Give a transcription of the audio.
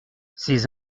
ces